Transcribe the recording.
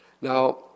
Now